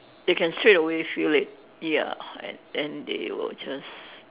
they can straightaway feel it ya and and they will just